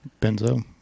Benzo